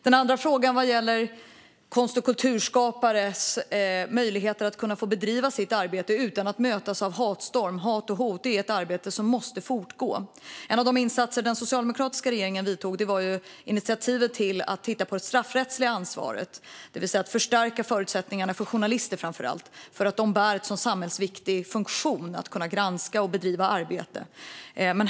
Den andra frågan gäller konst och kulturskapares möjligheter att bedriva sitt arbete utan att mötas av stormar av hat och hot. Det är ett arbete som måste fortgå. Ett av de initiativ som den socialdemokratiska regeringen tog var att titta på det straffrättsliga ansvaret, det vill säga att förstärka förutsättningarna för framför allt journalister att kunna granska och bedriva sitt arbete eftersom de bär en sådan samhällsviktig funktion.